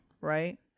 right